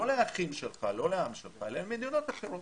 לא לאחים שלך, לא לעם שלך, למדינות אחרות.